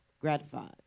gratified